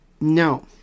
No